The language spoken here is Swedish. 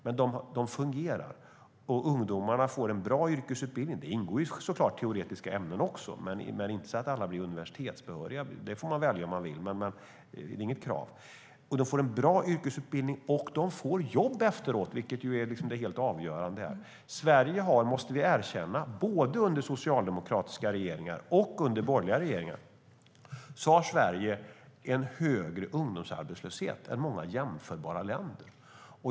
Men de fungerar, och ungdomarna får en bra yrkesutbildning. Det ingår såklart teoretiska ämnen också, men inte så att alla blir universitetsbehöriga. Det får man välja om man vill, men det är inget krav. Man får en bra yrkesutbildning, och man får jobb efteråt, vilket är det helt avgörande. Sverige har, måste vi erkänna, under både socialdemokratiska och borgerliga regeringar haft högre ungdomsarbetslöshet än många jämförbara länder.